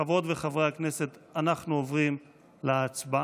חברות וחברי הכנסת, אנחנו עוברים להצבעה.